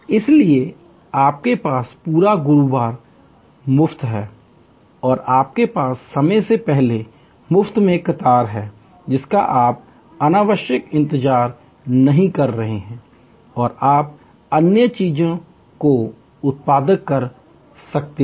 इसलिए आपके पास पूरा गुरुवार मुफ्त है और आपके पास समय से पहले मुफ्त में कतार है जिसका आप अनावश्यक इंतजार नहीं कर रहे हैं आप अन्य चीजों को उत्पादक कर सकते हैं